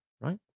Right